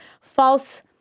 false